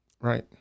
Right